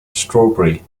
strawberry